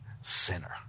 sinner